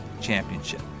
championship